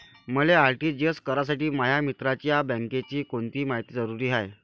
मले आर.टी.जी.एस करासाठी माया मित्राच्या बँकेची कोनची मायती जरुरी हाय?